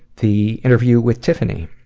the interview with tiffany.